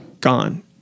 gone